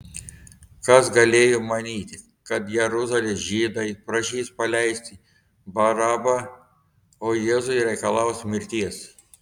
kas galėjo manyti kad jeruzalės žydai prašys paleisti barabą o jėzui reikalaus mirties